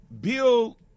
Bill